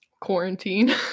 Quarantine